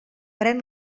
pren